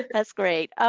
that's great.